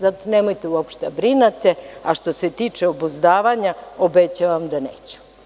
Zato nemojte uopšte da brinete, a što se tiče obuzdavanja obećavam da neću.